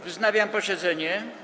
Wznawiam posiedzenie.